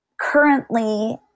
currently